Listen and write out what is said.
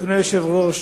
אדוני היושב-ראש,